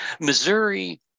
Missouri